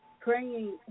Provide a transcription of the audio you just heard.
Praying